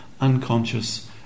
unconscious